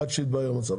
עד שיתברר המצב.